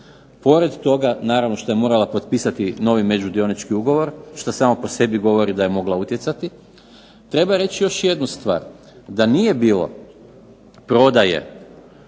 Pored toga naravno što je morala potpisati novi međudionički ugovor što samo po sebi govori da je mogla utjecati, treba reći još jednu stvar da nije bilo prodaje